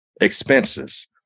expenses